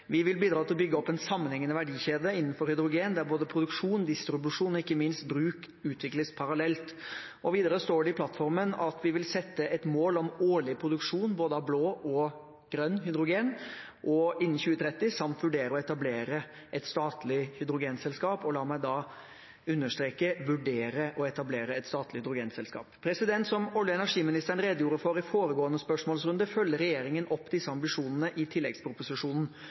Vi vil bidra til å bygge opp en sammenhengende energikjede for hydrogen der både produksjon, distribusjon og ikke minst bruk utvikles parallelt. Videre står det i plattformen at vi vil sette et mål om årlig produksjon av både blå og grønn hydrogen innen 2030 samt vurdere å etablere et statlig hydrogenselskap. La meg da understreke «vurdere» å etablere et statlig hydrogenselskap. Som olje- og energiministeren redegjorde for i foregående spørsmålsrunde, følger regjeringen opp disse ambisjonene i tilleggsproposisjonen.